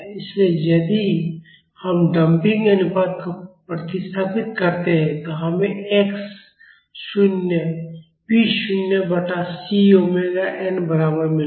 इसलिए यदि हम डंपिंग अनुपात को प्रतिस्थापित करते हैं तो हमें x शून्य पी शून्य बटा C ओमेगा n बराबर मिलेगा